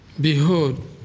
Behold